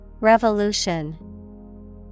Revolution